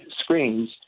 Screens